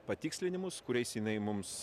patikslinimus kuriais jinai mums